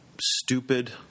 stupid